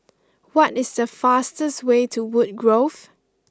what is the fastest way to Woodgrove